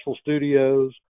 Studios